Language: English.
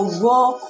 walk